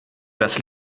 das